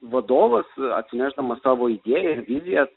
vadovas atsinešdamas savo idėją ir viziją